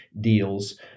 deals